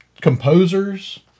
composers